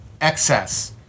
excess